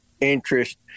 interest